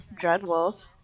Dreadwolf